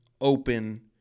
open